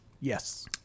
Yes